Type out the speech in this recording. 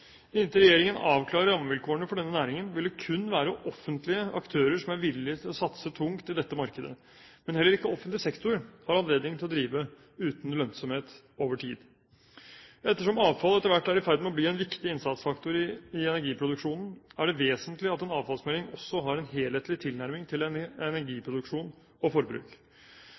Inntil regjeringen avklarer rammevilkårene for denne næringen vil det kun være offentlige aktører som er villige til å satse tungt i dette markedet, men heller ikke offentlig sektor har anledning til å drive uten lønnsomhet over tid. Ettersom avfall etter hvert er i ferd med å bli en viktig innsatsfaktor i energiproduksjon, er det vesentlig at en avfallsmelding også har en helhetlig tilnærming til energiproduksjon og forbruk.